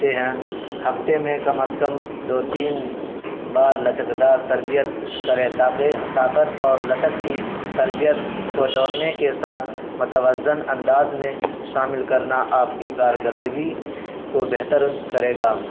آتے ہیں ہفتے میں کم از کم دو تین بار لچک دار تربیت کرے تاکہ طاقت اور لچک کی تربیت کو دوڑنے کے ساتھ متوازن انداز میں شامل کرنا آپ کی کارکردگی کو بہتر کرے گا